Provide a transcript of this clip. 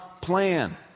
plan